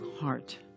heart